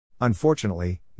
Unfortunately